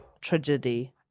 tragedy